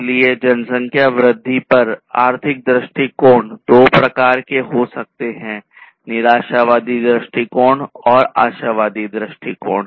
इसलिए जनसंख्या वृद्धि पर आर्थिक दृष्टिकोण दो प्रकार के हो सकते हैं निराशावादी दृष्टिकोण और आशावादी दृष्टिकोण